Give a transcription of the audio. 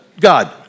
God